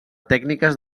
tècniques